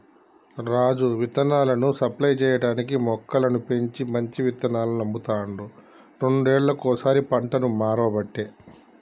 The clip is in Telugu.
రాజు విత్తనాలను సప్లై చేయటానికీ మొక్కలను పెంచి మంచి విత్తనాలను అమ్ముతాండు రెండేళ్లకోసారి పంటను మార్వబట్టే